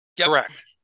Correct